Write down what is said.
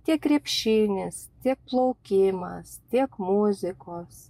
tiek krepšinis tiek plaukimas tiek muzikos